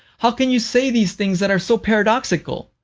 how can you say these things that are so paradoxical?